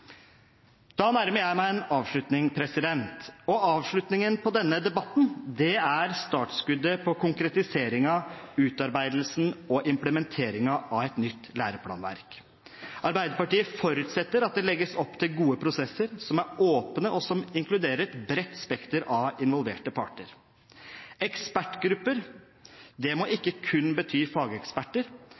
Da nærmer jeg meg en avslutning, og avslutningen på denne debatten er startskuddet på konkretiseringen, utarbeidelsen og implementeringen av et nytt læreplanverk. Arbeiderpartiet forutsetter at det legges opp til gode prosesser som er åpne, og som inkluderer et bredt spekter av involverte parter. Ekspertgrupper må ikke kun bety fageksperter,